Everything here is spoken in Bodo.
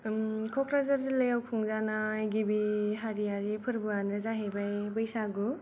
क'क्राझार जिल्लायाव खुंजानाय गिबि हारियारि फोर्बोआनो जाहैबाय बैसागु